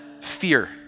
fear